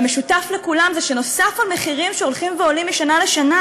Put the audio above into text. והמשותף לכולם זה שנוסף על המחירים שהולכים ועולים משנה לשנה,